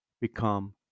become